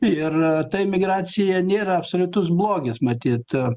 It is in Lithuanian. ir ta imigracija nėra absoliutus blogis matyt